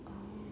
oh